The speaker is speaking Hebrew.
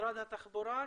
משרד התחבורה?